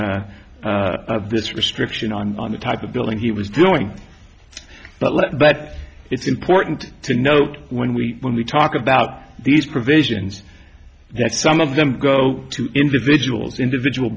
known of this restriction on the type of building he was doing but let but it's important to note when we when we talk about these provisions that some of them go to individuals individual